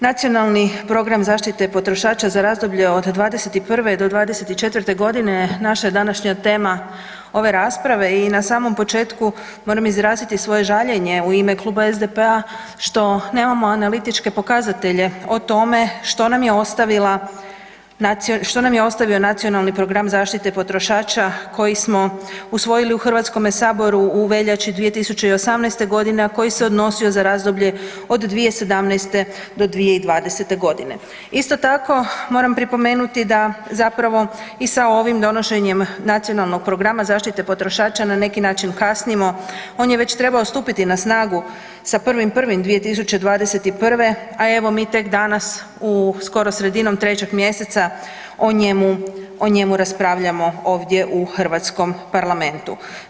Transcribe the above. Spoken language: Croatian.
Nacionalni program zaštite potrošača za razdoblje od '21. do '24.g. naša je današnja tema ove rasprave i na samom početku moram izraziti svoje žaljenje u ime Kluba SDP-a što nemamo analitičke pokazatelje o tome što nam je ostavila, što nam je ostavio Nacionalni program zaštite potrošača koji smo usvojili u HS u veljači 2018.g., a koji se odnosio za razdoblje od 2017. do 2020.g. Isto tako moram pripomenuti da zapravo i sa ovim donošenjem Nacionalnog programa zaštite potrošača na neki način kasnimo, on je već trebao stupiti na snagu sa 1.1.2021., a evo mi tek danas u skoro sredinom 3. mjeseca o njemu, o njemu raspravljamo ovdje u Hrvatskom parlamentu.